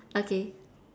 okay